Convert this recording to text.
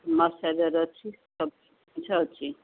moisturiser ଅଛି ସବୁ ଜିନିଷ ଅଛି